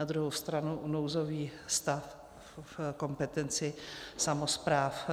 Na druhou stranu nouzový stav kompetenci samospráv